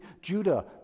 Judah